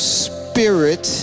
spirit